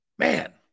Man